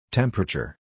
Temperature